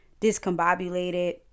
discombobulated